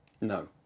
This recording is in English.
No